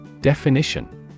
Definition